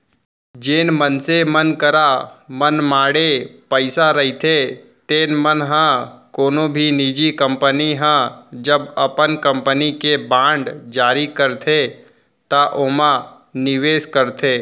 जेन मनसे मन करा मनमाड़े पइसा रहिथे तेन मन ह कोनो भी निजी कंपनी ह जब अपन कंपनी के बांड जारी करथे त ओमा निवेस करथे